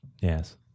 Yes